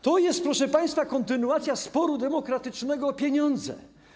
To jest, proszę państwa, kontynuacja sporu demokratycznego o pieniądze.